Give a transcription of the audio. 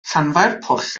llanfairpwll